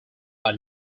are